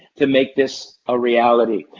to make this a reality.